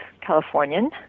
Californian